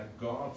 God